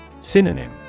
Synonym